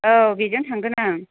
औ बेजों थांगोन आं